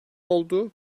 oldu